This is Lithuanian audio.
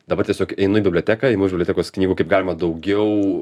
dabar tiesiog einu į biblioteką imu iš bibliotekos knygų kaip galima daugiau